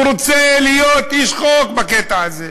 הוא רוצה להיות איש חוק בקטע הזה.